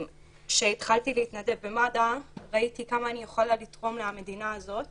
כשהתחלתי להתנדב במד"א ראיתי כמה אני יכולה לתרום למדינה הזאת